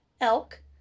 elk